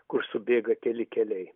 kur subėga keli keliai